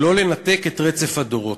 לא לנתק את רצף הדורות.